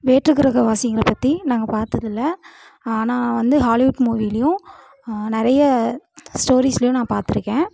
வேற்றுக்கிரக வாசிங்கல பற்றி நாங்கள் பார்த்ததில்ல ஆனால் வந்து ஹாலிவுட் மூவிலையும் நிறைய ஸ்டோரீஸ்லையும் நான் பார்த்துருக்கேன்